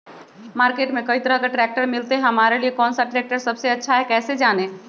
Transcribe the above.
Market में कई तरह के ट्रैक्टर मिलते हैं हमारे लिए कौन सा ट्रैक्टर सबसे अच्छा है कैसे जाने?